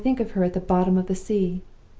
when i think of her at the bottom of the sea!